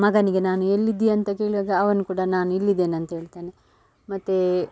ಮಗನಿಗೆ ನಾನು ಎಲ್ಲಿದ್ದಿಯಾ ಅಂತ ಕೇಳುವಾಗ ಅವನು ಕೂಡ ನಾನು ಇಲ್ಲಿದ್ದೇನೆ ಅಂತ ಹೇಳ್ತಾನೆ ಮತ್ತು